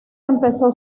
empezó